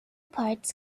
parts